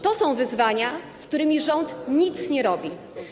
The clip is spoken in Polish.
To są wyzwania, z którymi rząd nic nie robi.